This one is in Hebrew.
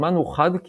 הזמן הוא חד-כיווני.